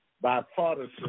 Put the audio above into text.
bipartisan